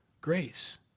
Grace